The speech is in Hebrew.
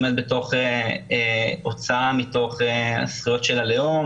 זה עומד בתוך הוצאה מתוך הזכויות של הלאום